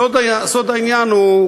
סוד העניין הוא,